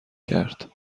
کرد